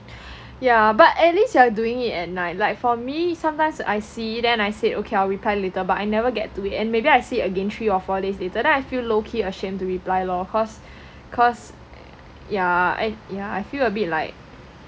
yeah but at least you are doing it at night like for me sometimes I see then I said okay I'll reply later but I never get to it and maybe I see again three or four days later then I feel low key ashamed to reply lor cause yeah I feel a bit like